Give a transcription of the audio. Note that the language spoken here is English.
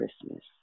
Christmas